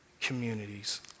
communities